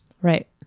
Right